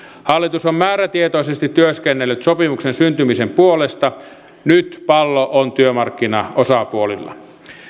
hallitus on määrätietoisesti työskennellyt sopimuksen syntymisen puolesta nyt pallo on työmarkkinaosapuolilla